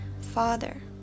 Father